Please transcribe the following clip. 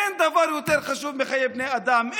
אין דבר יותר חשוב מחיי בני אדם.